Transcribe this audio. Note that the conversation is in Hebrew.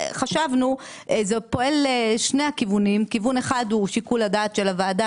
חשבנו שזה פועל לשני הכיוונים כיוון אחד הוא שיקול הדעת של הוועדה,